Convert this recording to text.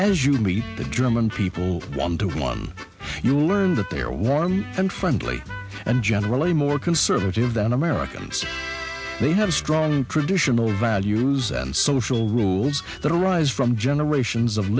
as you'd meet the german people one to one you learn that they are warm and friendly and generally more conservative than americans they have a strong traditional values and social rules that arise from generations of